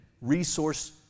resource